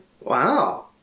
Wow